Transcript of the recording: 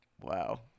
Wow